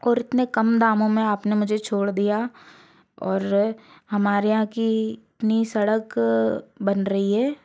और इतने कम दामों में आपने मुझे छोड़ दिया और हमारे यहाँ की इतनी सड़क बन रही है